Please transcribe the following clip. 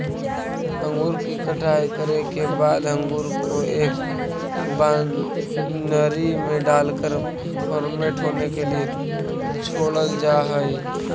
अंगूर की कटाई करे के बाद अंगूर को एक वायनरी में डालकर फर्मेंट होने के लिए छोड़ल जा हई